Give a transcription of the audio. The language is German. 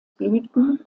blüten